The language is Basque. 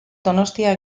donostia